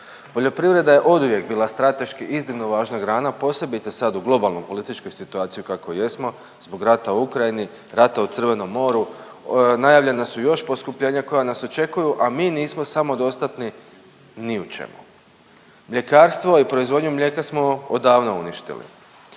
Poljoprivreda je oduvijek bila strateški iznimno važna grana posebice sad u globalnoj političkoj situaciji u kakvoj jesmo, zbog rata u Ukrajini, rata u Crvenom moru, najavljena su još poskupljenja koja nas očekuju, a mi nismo samodostatni ni u čemu. Mljekarstvo i proizvodnju mlijeka smo odavno uništili.